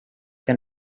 can